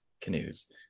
canoes